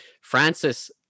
Francis